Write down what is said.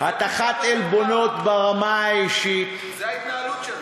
הטחת עלבונות ברמה האישית, זו ההתנהלות שלו.